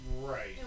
Right